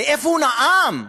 איפה הוא נאם.